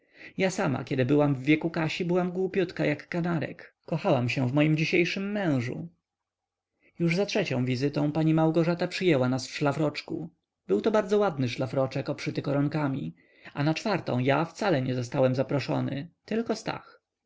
ja sama kiedy byłam w wieku kasi byłam głupiutka jak kanarek kochałam się w moim dzisiejszym mężu już za trzecią wizytą pani małgorzata przyjęła nas w szlafroczku był to bardzo ładny szlafroczek obszyty koronkami a na czwartą ja wcale nie zostałem proszony tylko stach